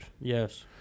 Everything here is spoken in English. Yes